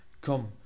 come